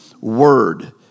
word